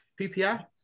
PPI